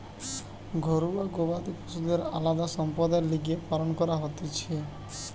ঘরুয়া গবাদি পশুদের আলদা সম্পদের লিগে পালন করা হতিছে